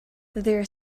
their